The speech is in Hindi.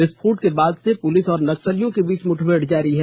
विस्फोट के बाद से पुलिस और नक्सलियों के बीच मुठभेड़ जारी है